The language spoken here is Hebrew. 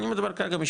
אני מדבר כרגע,